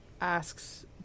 asks